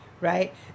Right